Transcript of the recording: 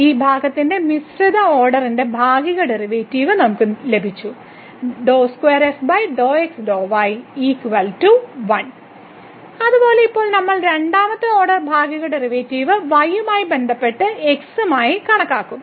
ഈ ഭാഗത്തിന്റെ മിശ്രിത ഓർഡറിന്റെ ഭാഗിക ഡെറിവേറ്റീവ് നമ്മൾക്ക് ലഭിച്ചു അതുപോലെ ഇപ്പോൾ നമ്മൾ രണ്ടാമത്തെ ഓർഡർ ഭാഗിക ഡെറിവേറ്റീവിനെ y യുമായി ബന്ധപ്പെട്ട് x മായി കണക്കാക്കും